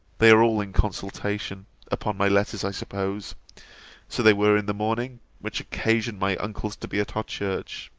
they are all in consultation upon my letters, i suppose so they were in the morning which occasioned my uncles to be at our church.